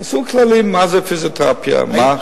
עשו כללים מה זו פיזיותרפיה ומה,